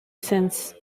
since